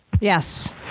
Yes